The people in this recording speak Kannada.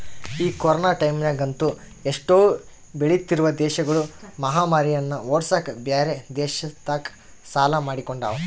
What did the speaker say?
ಈ ಕೊರೊನ ಟೈಮ್ಯಗಂತೂ ಎಷ್ಟೊ ಬೆಳಿತ್ತಿರುವ ದೇಶಗುಳು ಮಹಾಮಾರಿನ್ನ ಓಡ್ಸಕ ಬ್ಯೆರೆ ದೇಶತಕ ಸಾಲ ಮಾಡಿಕೊಂಡವ